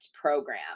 Program